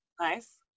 Nice